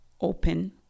open